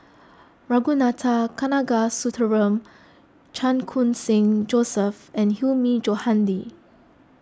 Ragunathar Kanagasuntheram Chan Khun Sing Joseph and Hilmi Johandi